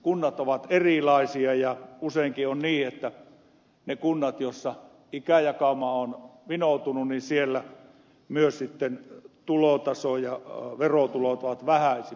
kunnat ovat erilaisia ja useinkin on niin että niissä kunnissa joissa ikäjakauma on vinoutunut myös sitten tulotaso ja verotulot ovat vähäisimmät